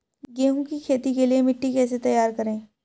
गेहूँ की खेती के लिए मिट्टी कैसे तैयार करें?